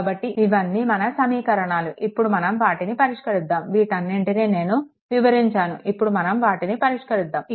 కాబట్టి ఇవన్నీ మన సమీకరణాలు ఇప్పుడు మనం వాటిని పరిష్కరిద్దాము వీటన్నిటిని నేను వివరించాను ఇప్పుడు మనం వాటిని పరిష్కరిద్దాము